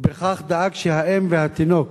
ובכך דאג שהאם והתינוק